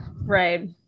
Right